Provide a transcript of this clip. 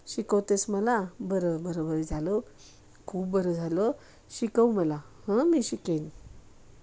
शिकवते आहेस मला बरं बरं बाई झालं खूप बरं झालं शिकव मला हं मी शिकेन